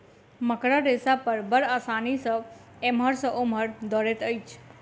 मकड़ा रेशा पर बड़ आसानी सॅ एमहर सॅ ओमहर दौड़ैत अछि